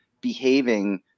behaving